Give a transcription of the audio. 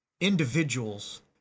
individuals